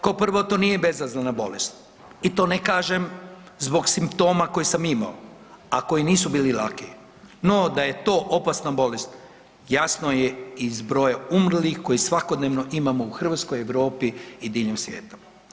Kao prvo to nije bezazlena bolest i to ne kažem zbog simptoma koje sam imao, a koji nisu bili laki, no da je to opasna bolest jasno je i iz broja umrlih koje svakodnevno imamo u Hrvatskoj, Europi i diljem svijeta.